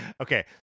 Okay